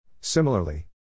similarly